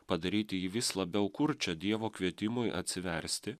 padaryti jį vis labiau kurčia dievo kvietimui atsiversti